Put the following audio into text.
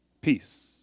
Peace